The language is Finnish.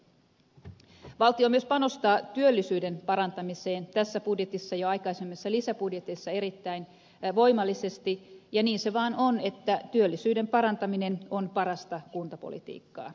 valtio myös panostaa työllisyyden parantamiseen tässä budjetissa ja aikaisemmissa lisäbudjeteissa erittäin voimallisesti ja niin se vaan on että työllisyyden parantaminen on parasta kuntapolitiikkaa